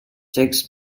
takes